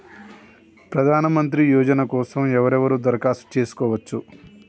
ప్రధానమంత్రి యోజన కోసం ఎవరెవరు దరఖాస్తు చేసుకోవచ్చు?